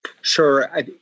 Sure